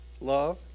Love